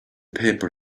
paper